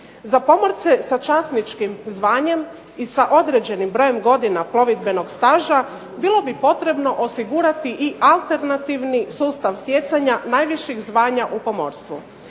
Za pomorce sa časničkim zvanjem i sa određenim brojem godina plovidbenog staža bilo bi potrebno osigurati i alternativni sustav stjecanja najviših zvanja u pomorstvu.